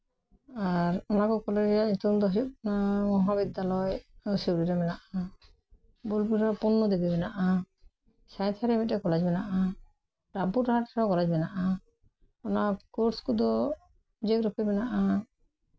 ᱟᱨ ᱚᱱᱟᱠᱚ ᱠᱚᱞᱮᱡᱽ ᱨᱮᱭᱟᱜ ᱧᱩᱛᱩᱢ ᱫᱚ ᱦᱩᱭᱩᱜ ᱠᱟᱱᱟ ᱢᱚᱦᱟ ᱵᱤᱫᱽᱫᱟᱞᱚᱭ ᱟᱞᱮ ᱥᱩᱨ ᱨᱮ ᱢᱮᱱᱟᱜᱼᱟ ᱵᱳᱞᱯᱩᱨ ᱨᱮ ᱯᱩᱱᱱᱤ ᱫᱮᱵᱤ ᱢᱮᱱᱟᱜᱼᱟ ᱥᱟᱸᱭᱛᱷᱤᱭᱟ ᱨᱮ ᱢᱤᱫᱴᱮᱡ ᱠᱚᱞᱮᱡᱽ ᱢᱮᱱᱟᱜᱼᱟ ᱨᱟᱢᱯᱩᱨ ᱦᱟᱴ ᱨᱮᱦᱚᱸ ᱠᱚᱞᱮᱡᱽ ᱢᱮᱱᱟᱜᱼᱟ ᱚᱱᱟ ᱠᱳᱨᱥ ᱠᱚᱫᱚ ᱡᱤᱭᱳᱜᱨᱟᱯᱷᱤ ᱢᱮᱱᱟᱜᱼᱟ